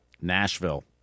Nashville